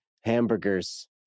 hamburgers